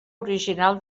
original